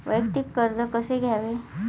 वैयक्तिक कर्ज कसे घ्यावे?